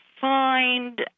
find